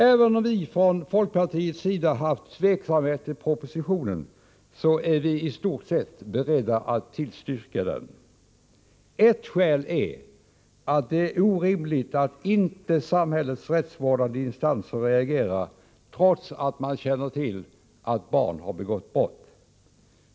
Även om vi från folkpartiets sida hyser viss tveksamhet till propositionen, är vi istort sett beredda att tillstyrka den. Ett skäl är att det är orimligt att inte samhällets rättsvårdande instanser reagerar, trots att man känner till att ett barn begått brott.